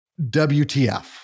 WTF